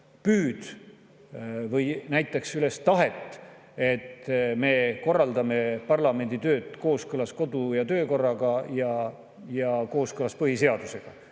vähemalt näitaks üles tahet, et me korraldame parlamendi tööd kooskõlas kodu‑ ja töökorraga ja kooskõlas põhiseadusega.